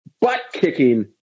butt-kicking